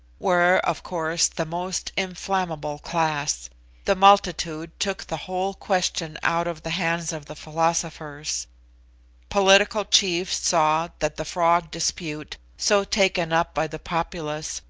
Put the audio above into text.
were of course the most inflammable class the multitude took the whole question out of the hands of the philosophers political chiefs saw that the frog dispute, so taken up by the populace,